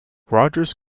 rogers